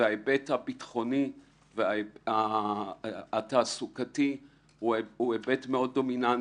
וההיבט הביטחוני והתעסוקתי הוא מאוד דומיננטי.